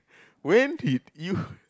when did you